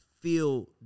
feel